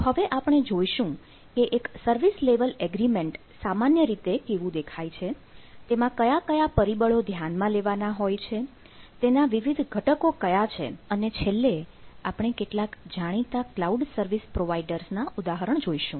તો હવે આપણે જોઈશું કે એક સર્વિસ લેવલ અગ્રીમેન્ટ સામાન્ય રીતે કેવું દેખાય છે તેમાં કયા કયા પરિબળો ધ્યાનમાં લેવાના હોય છે તેના વિવિધ ઘટકો કયા છે અને છેલ્લે આપણે કેટલાક જાણીતા ક્લાઉડ સર્વિસ પ્રોવાઇડર ના ઉદાહરણ જોઈશું